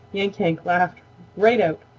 yank-yank laughed right out.